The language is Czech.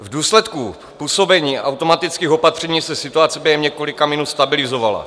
V důsledku působení automatických opatření se situace během několika minut stabilizovala.